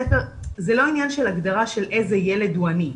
זה לא עניין של הגדרה של איזה ילד הוא עני.